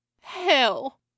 hell